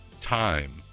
time